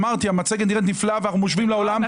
אמרתי, המצגת נראית נפלא, ואנחנו מושווים לעולם.